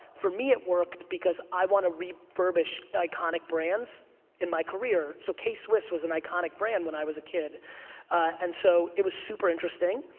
for me it worked because i want to refurbish iconic brands in my career so k-swiss was an iconic brand when i was a kid and so it was super interesting.